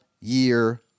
year